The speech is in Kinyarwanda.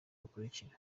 bukurikira